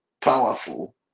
powerful